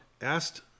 asked